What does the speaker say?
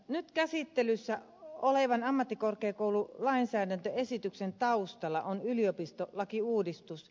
nyt käsittelyssä olevan ammattikorkeakoululainsäädäntöesityksen taustalla on yliopistolakiuudistus